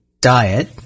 diet